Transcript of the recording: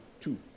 two